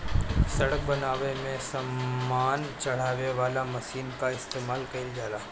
सड़क बनावे में सामान चढ़ावे वाला मशीन कअ इस्तेमाल कइल जाला